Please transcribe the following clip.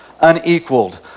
unequaled